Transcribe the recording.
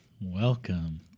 Welcome